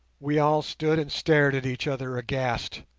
we all stood and stared at each other aghast.